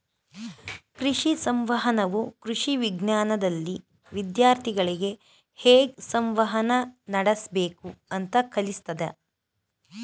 ಕೃಷಿ ಸಂವಹನವು ಕೃಷಿ ವಿಜ್ಞಾನ್ದಲ್ಲಿ ವಿದ್ಯಾರ್ಥಿಗಳಿಗೆ ಹೇಗ್ ಸಂವಹನ ನಡಸ್ಬೇಕು ಅಂತ ಕಲ್ಸತದೆ